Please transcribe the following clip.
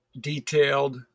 detailed